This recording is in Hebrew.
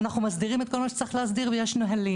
ואנחנו מסדירים את כל מה שצריך להסדיר ויש נהלים.